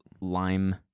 lime